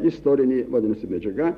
istorinė vadinasi medžiaga